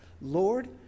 Lord